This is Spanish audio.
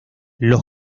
los